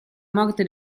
morte